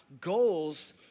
goals